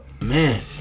man